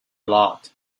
lot